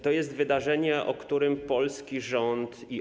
To jest wydarzenie, o którym polski rząd wie.